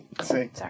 Sorry